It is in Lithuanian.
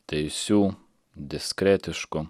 teisių diskretiškų